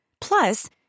Plus